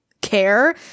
care